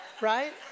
Right